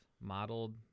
modeled